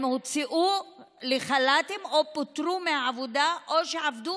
הם הוצאו לחל"ת או פוטרו מהעבודה או שעבדו